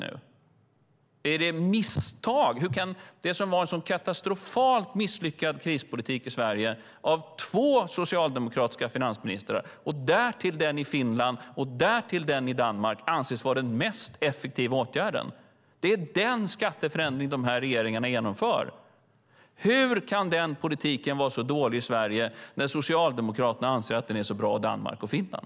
Är det ett misstag? Hur kan det som var en så katastrofalt misslyckad krispolitik i Sverige av två socialdemokratiska finansministrar och därtill den i Finland och därtill den i Danmark anses vara den mest effektiva åtgärden? Det är den skatteförändringen som de här regeringarna genomför. Hur kan den politiken vara så dålig i Sverige när Socialdemokraterna anser att den är så bra i Danmark och Finland?